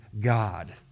God